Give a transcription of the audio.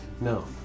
no